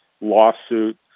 lawsuit